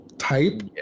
type